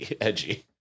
edgy